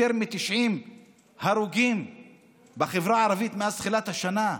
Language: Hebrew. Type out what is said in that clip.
יותר מ-90 הרוגים בחברה הערבית מאז תחילת השנה.